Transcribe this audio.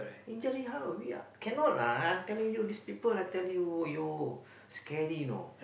injury how we cannot lah I telling you this people I tell you you scary know